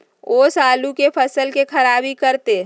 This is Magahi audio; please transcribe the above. ओस आलू के फसल के खराबियों करतै?